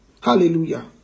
Hallelujah